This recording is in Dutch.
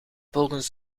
volgens